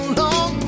long